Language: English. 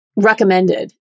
recommended